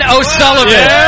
O'Sullivan